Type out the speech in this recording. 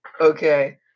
Okay